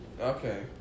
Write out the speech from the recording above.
Okay